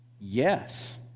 Yes